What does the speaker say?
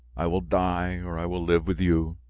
i will die or i will live with you.